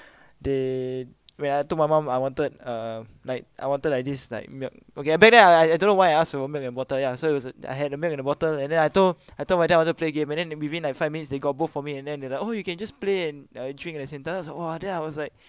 they when I told my mum I wanted um like I wanted like this like milk~ okay back then I I don't know why I ask for milk in bottle ya so it was I had the milk in my bottle and then I told I told my dad I want to play game and then within like five minutes they got both for me and then they like oh you can just play and uh drink at the same time I was like !wah! then I was like